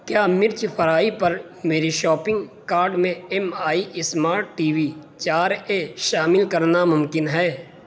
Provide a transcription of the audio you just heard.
کیا مرچ فرائی پر میری شاپنگ کارڈ میں ایم آئی اسمارٹ ٹی وی چار اے شامل کرنا ممکن ہے